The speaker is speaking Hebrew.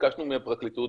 ביקשנו מהפרקליטות,